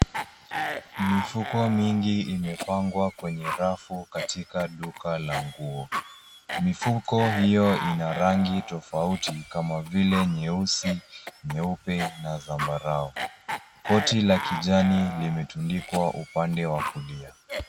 Mifuko mingi imepangwa kwenye rafu katika duka la nguo. Mifuko hiyo ina rangi tofauti kama vile nyeusi, nyeupe na zambarau. Koti la kijani limetundikwa upande wa kulia.